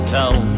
town